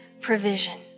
provision